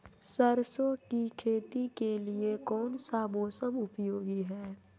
सरसो की खेती के लिए कौन सा मौसम उपयोगी है?